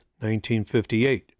1958